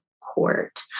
court